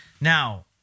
now